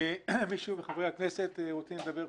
מישהו מחברי הכנסת רוצה לדבר?